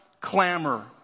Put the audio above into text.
clamor